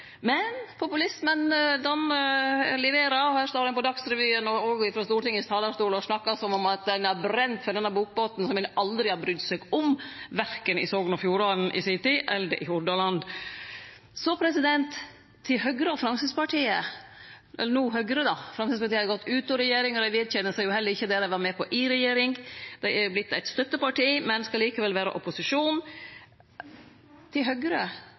Men populismen leverer, her står ein på Dagsrevyen og òg på Stortingets talarstol og snakkar som om ein har brent for denne bokbåten som ein aldri har brydd seg om, verken i Sogn og Fjordane i si tid, eller i Hordaland. Til Høgre og Framstegspartiet – vel, Høgre no, da Framstegspartiet har gått ut av regjeringa, og dei vedkjenner seg jo heller ikkje det dei var med på i regjering, dei er vortne eit støtteparti, men skal likevel vere opposisjon, så til Høgre,